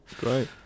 Great